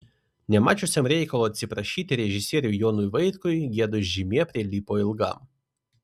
nemačiusiam reikalo atsiprašyti režisieriui jonui vaitkui gėdos žymė prilipo ilgam